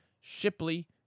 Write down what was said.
Shipley